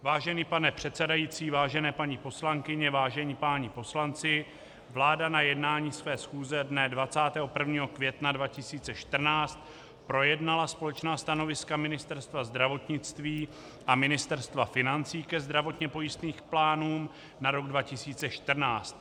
Vážený pane předsedající, vážené paní poslankyně, vážení páni poslanci, vláda na jednání své schůze dne 21. května 2014 projednala společná stanoviska Ministerstva zdravotnictví a Ministerstva financí ke zdravotně pojistným plánům na rok 2014.